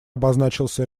обозначился